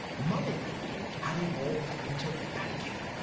moneylending had evolved into banking.